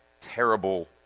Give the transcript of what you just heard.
terrible